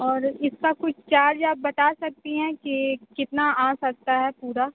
और इसका कुछ चार्ज आप बता सकती हैं कि कितना आ सकता है पूरा